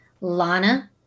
Lana